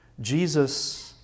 Jesus